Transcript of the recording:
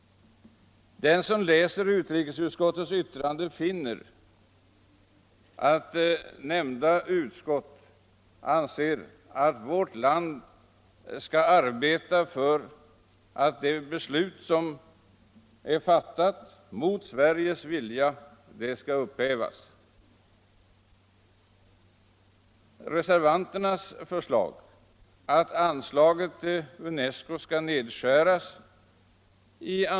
Den som läser utrikesutskottets yttrande finner att nämnda utskott anser att vårt land skall arbeta för att det beslut som är fattat mot Sveriges vilja skall upphävas.